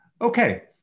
Okay